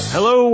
Hello